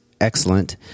excellent